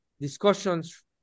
discussions